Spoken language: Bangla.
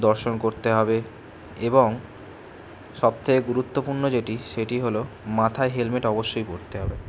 দর্শন করতে হবে এবং সবথেকে গুরুত্বপূর্ণ যেটি সেটি হল মাথায় হেলমেট অবশ্যই পরতে হবে